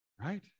right